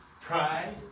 pride